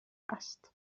است